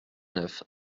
neuf